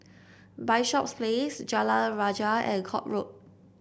Bishops Place Jalan Rajah and Court Road